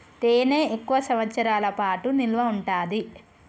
తేనె ఎక్కువ సంవత్సరాల పాటు నిల్వ ఉంటాది